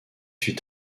suit